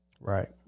Right